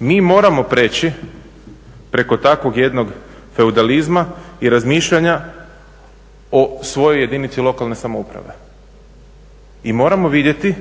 Mi moramo preći preko takvog jednog feudalizma i razmišljanja o svojoj jedinici lokalne samouprave. I moramo vidjeti